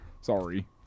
Sorry